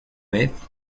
beth